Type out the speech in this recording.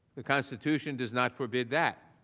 the constitution does not forbid that.